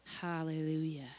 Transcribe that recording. Hallelujah